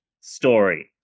story